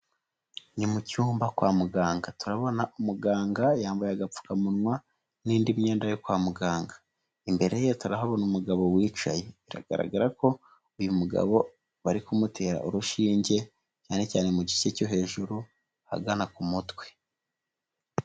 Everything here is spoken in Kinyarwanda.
Ni mu cyumba kwa muganga, turabona umuganga yambaye agapfukamunwa n'indi myenda yo kwa muganga, imbere ye turahabona umugabo wicaye, biragaragara ko uyu mugabo bari kumutera urushinge cyane cyane mu gice cyo hejuru, ahagana ku mutwe.